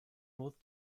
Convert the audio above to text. order